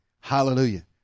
Hallelujah